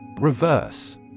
Reverse